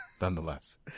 nonetheless